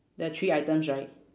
there are three items right